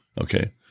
okay